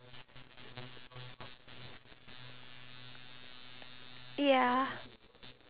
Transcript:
harder to socialise with the people around them even though they are forced to